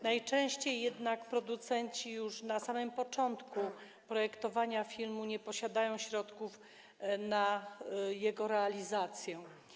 Najczęściej jednak producenci już na samym początku projektowania filmu nie mają środków na jego realizację.